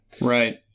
Right